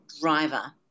driver